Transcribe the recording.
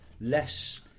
less